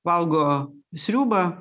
valgo sriubą